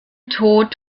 tod